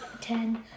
Ten